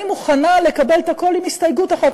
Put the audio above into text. אני מוכנה לקבל הכול עם הסתייגות אחת,